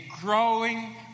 growing